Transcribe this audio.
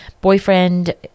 boyfriend